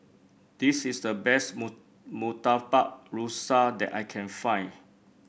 this is the best Murtabak Rusa that I can find